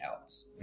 else